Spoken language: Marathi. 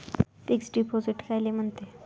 फिक्स डिपॉझिट कायले म्हनते?